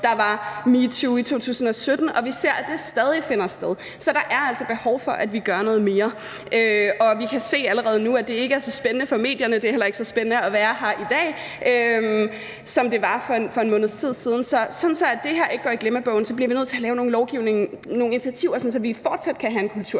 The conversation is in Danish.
der var metoo i 2017. Og vi ser, at det stadig finder sted. Så der er altså behov for, at vi gør noget mere. Og vi kan se allerede nu, at det ikke er så spændende for medierne, og at det heller ikke er så spændende at være her i dag, som det var for en måneds tid siden. Så for at det her ikke går i glemmebogen, bliver vi nødt til at lave en lovgivning, nogle initiativer, så der fortsat kan ske en kulturændring.